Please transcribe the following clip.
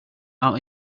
out